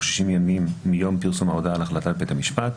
60 ימים מיום פרסום ההודעה על החלטת בית המשפט,